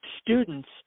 students